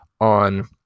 on